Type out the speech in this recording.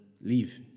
leave